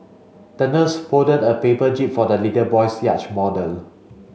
the nurse folded a paper jib for the little boy's yacht model